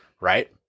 Right